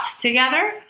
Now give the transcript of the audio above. together